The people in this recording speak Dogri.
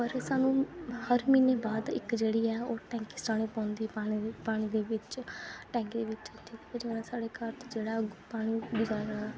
पर सानूं हर म्हीने बाद इक जेह्ड़ी ऐ ओह् टैंकी सटानी पौंदी पानी दी पानी दे बिच्च टैंकी दे बिच जेह्ड़ा साढ़े घर जेह्ड़ा ऐ